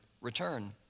return